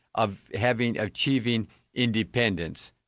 of having achieving independence.